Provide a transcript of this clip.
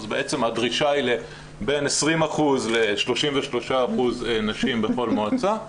אז בעצם הדרישה היא לבין 20% ל-33% נשים בכל מועצה.